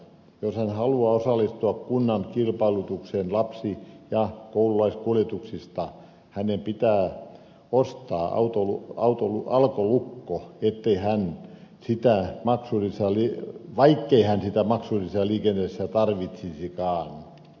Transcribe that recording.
jos hän haluaa osallistua kunnan kilpailutukseen lapsi ja koululaiskuljetuksista hänen pitää ostaa alkolukko vaikkei hän sitä vakkuri sallia vain siihen että maksun maksullisessa liikenteessä tarvitsisikaan